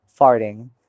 Farting